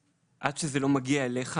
עד שזה לא מגיע אליך